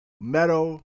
Meadow